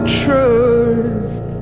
truth